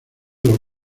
los